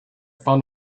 found